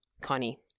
Connie